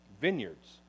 vineyards